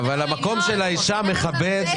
סל בטיחות עירוני.